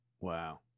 Wow